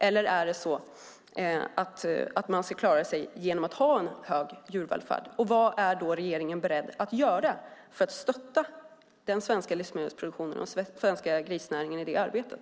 Eller ska man klara sig genom att ha en hög nivå på djurvälfärden? Vad är då regeringen beredd att göra för att stötta den svenska livsmedelsproduktionen och den svenska grisnäringen i det arbetet?